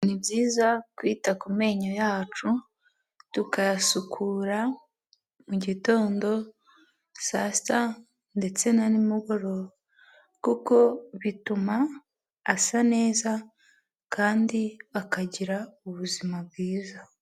Ni byiza kwita ku menyo yacu, tukayasukura mu gitondo, saa sita ndetse na n'imugoroba, kuko bituma asa neza kandi akagira ubuzima bwiza.